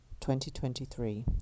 2023